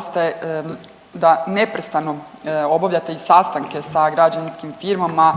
ste, da neprestano obavljate i sastanke sa građevinskim firmama